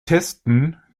testen